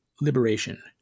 liberation